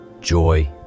joy